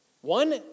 one